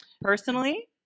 personally